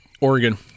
Oregon